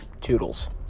toodles